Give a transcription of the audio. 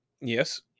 Yes